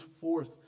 forth